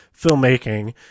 filmmaking